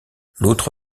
l’autre